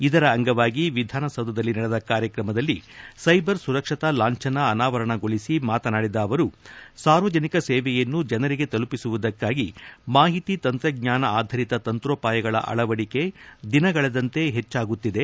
ಇದರ ಅಂಗವಾಗಿ ವಿಧಾನಸೌಧದಲ್ಲಿ ನಡೆದ ಕಾರ್ಯಕ್ರಮದಲ್ಲಿ ಸೈಬರ್ ಸುರಕ್ಷತಾ ಲಾಂಛನ ಅನಾವರಣಗೊಳಿಸಿ ಮಾತನಾಡಿದ ಅವರು ಸಾರ್ವಜನಿಕ ಸೇವೆಯನ್ನು ಜನರಿಗೆ ತಲುಪಿಸುವುದಕ್ಕಾಗಿ ಮಾಹಿತಿ ತಂತ್ರಜ್ಞಾನ ಆಧರಿತ ತಂತ್ರೋಪಾಯಗಳ ಅಳವಡಿಕೆ ದಿನಗಳೆದಂತೆ ಹೆಚ್ಚಾಗುತ್ತಿದೆ